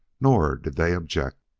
nor did they object.